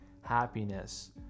happiness